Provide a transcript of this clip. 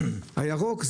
הירוק,